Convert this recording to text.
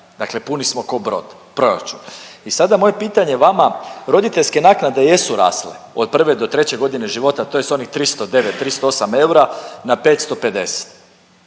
Dakle, puni smo ko brod, proračun. I sada moje pitanje vama roditeljske naknade jesu rasle od 1 do 3 godine života to je s onih 309, 308 eura na 550,